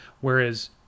whereas